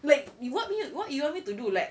like you what me you what you want me to do like